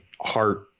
heart